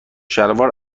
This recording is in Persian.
شلوار